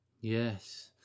Yes